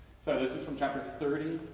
so this is from chapter thirty.